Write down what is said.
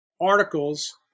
articles